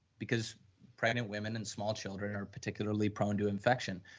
because pregnant women and small children are particularly prone to infection.